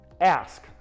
ask